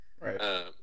right